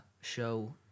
show